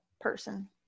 person